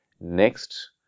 next